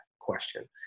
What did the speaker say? question